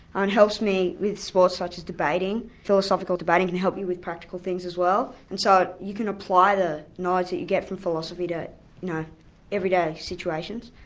and it helps me with sports such as debating philosophical debating can help me with practical things as well. and so you can apply the knowledge that you get from philosophy to everyday situations.